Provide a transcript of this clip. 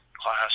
class